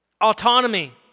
Autonomy